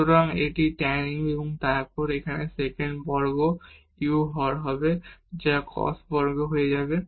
সুতরাং এটি 2 tan u এবং তারপর এখানে সেকেন্ড বর্গ u হর হবে যা cos বর্গ হয়ে যাবে